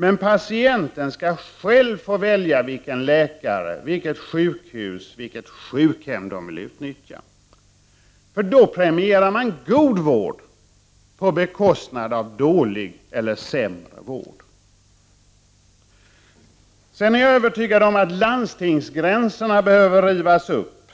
Men patienterna skall själva få välja vilken läkare, vilket sjukhus, vilket sjukhem de vill utnyttja. Då premierar man god vård på bekostnad av dålig eller sämre vård. Sedan är jag övertygad om att landstingsgränserna behöver rivas upp,